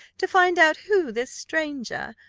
to find out who this stranger,